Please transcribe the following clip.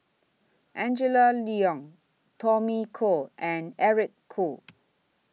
Angela Liong Tommy Koh and Eric Khoo